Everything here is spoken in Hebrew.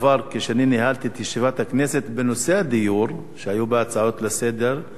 כשאני ניהלתי את ישיבת הכנסת בנושאי הדיור שהיו בהצעות לסדר-היום,